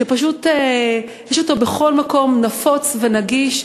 שפשוט ישנו בכל מקום, נפוץ ונגיש.